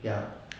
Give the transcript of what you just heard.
ya